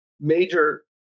major